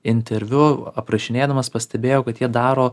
interviu aprašinėdamas pastebėjo kad jie daro